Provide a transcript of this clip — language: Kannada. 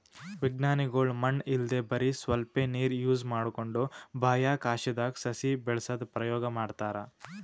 ವಿಜ್ಞಾನಿಗೊಳ್ ಮಣ್ಣ್ ಇಲ್ದೆ ಬರಿ ಸ್ವಲ್ಪೇ ನೀರ್ ಯೂಸ್ ಮಾಡ್ಕೊಂಡು ಬಾಹ್ಯಾಕಾಶ್ದಾಗ್ ಸಸಿ ಬೆಳಸದು ಪ್ರಯೋಗ್ ಮಾಡ್ತಾರಾ